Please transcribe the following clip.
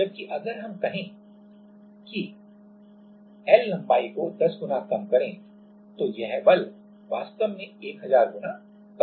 जबकि अगर अब हम कहें कि L लंबाई को 10 गुना कम करें तो यह बल वास्तव में 1000 गुना कम हो जाएगा